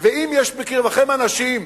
ואם יש בקרבכם אנשים,